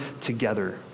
together